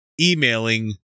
emailing